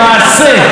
במעשה.